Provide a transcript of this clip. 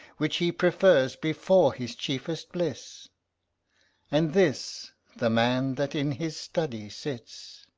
which he prefers before his chiefest bliss and this the man that in his study sits.